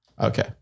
okay